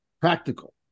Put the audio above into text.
practical